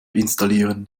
installieren